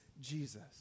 Jesus